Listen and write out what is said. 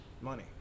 money